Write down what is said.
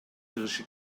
чыгышы